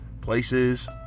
places